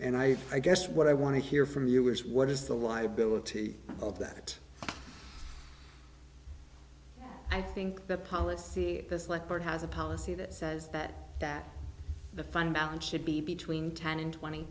and i i guess what i want to hear from you is what is the liability of that i think the policy that's like board has a policy that says that that the fund balance should be between ten and twenty